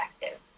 effective